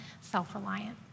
self-reliant